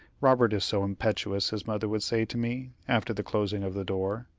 robert is so impetuous, his mother would say to me, after the closing of the door.